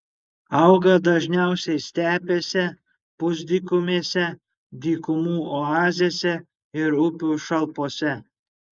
auga dažniausiai stepėse pusdykumėse dykumų oazėse ir upių šalpose